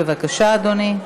בבקשה, אדוני.